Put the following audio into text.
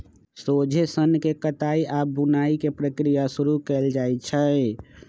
सोझे सन्न के कताई आऽ बुनाई के प्रक्रिया शुरू कएल जाइ छइ